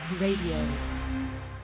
Radio